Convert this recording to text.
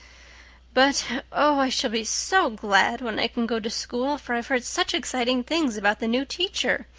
but oh, i shall be so glad when i can go to school for i've heard such exciting things about the new teacher.